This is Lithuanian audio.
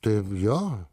tai jo